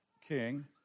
king